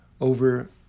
over